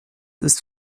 ist